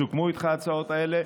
סוכמו איתך ההצעות האלה.